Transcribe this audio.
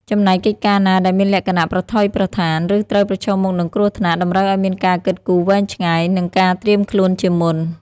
ចំណែកកិច្ចការណាដែលមានលក្ខណៈប្រថុយប្រថាន ឬត្រូវប្រឈមមុខនឹងគ្រោះថ្នាក់ តម្រូវឱ្យមានការគិតគូរវែងឆ្ងាយ និងការត្រៀមខ្លួនជាមុន។